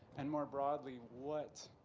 and more broadly, what